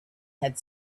had